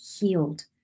healed